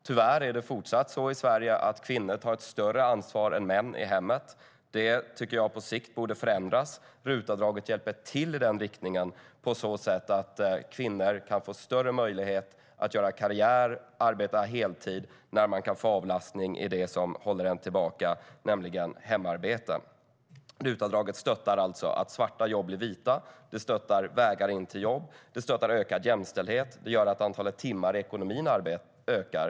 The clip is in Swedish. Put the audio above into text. Tyvärr fortsätter kvinnor i Sverige att ta större ansvar än män i hemmet. Det borde på sikt förändras. RUT-avdraget hjälper till i den riktningen på så sätt att kvinnor får större möjlighet att göra karriär och arbeta heltid när de kan få avlastning i det som håller dem tillbaka, nämligen hemarbete. RUT-avdraget stöttar alltså att svarta jobb blir vita, vägar in till jobb, ökad jämställdhet och att antalet arbetade timmar i ekonomin ökar.